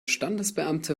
standesbeamte